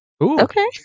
Okay